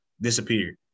disappeared